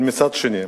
אבל מצד שני,